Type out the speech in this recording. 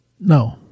No